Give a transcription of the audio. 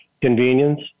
convenience